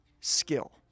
skill